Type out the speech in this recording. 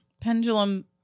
pendulum